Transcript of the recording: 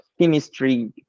chemistry